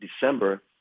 December